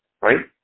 right